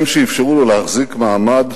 הם שאפשרו לו להחזיק מעמד